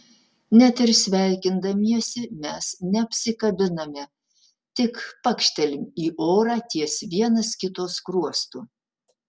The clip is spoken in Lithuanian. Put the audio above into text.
net ir sveikindamiesi mes neapsikabiname tik pakštelim į orą ties vienas kito skruostu